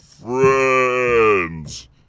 Friends